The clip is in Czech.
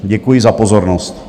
Děkuji za pozornost.